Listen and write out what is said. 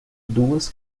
duas